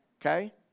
Okay